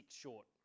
short